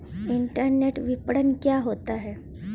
Internet विपणन क्या होता है?